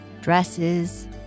dresses